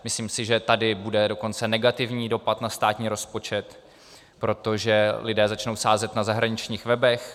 Myslím si, že tady bude dokonce negativní dopad na státní rozpočet, protože lidé začnou sázet na zahraničních webech.